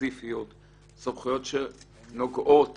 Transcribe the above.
ספציפיות שנוגעות